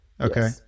Okay